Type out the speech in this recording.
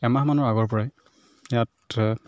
এমাহমানৰ আগৰ পৰাই ইয়াত